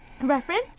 Reference